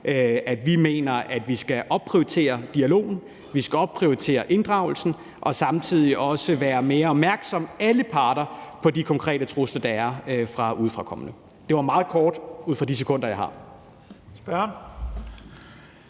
at vi mener, at vi skal opprioritere dialogen, og at vi skal opprioritere inddragelsen og samtidig også være mere opmærksomme, alle parter, på de konkrete trusler, der er fra udefrakommende. Det var meget kort, men det var de sekunder, jeg havde.